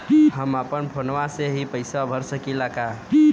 हम अपना फोनवा से ही पेसवा भर सकी ला?